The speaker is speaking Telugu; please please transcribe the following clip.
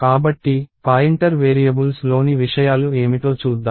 కాబట్టి పాయింటర్ వేరియబుల్స్లోని విషయాలు ఏమిటో చూద్దాం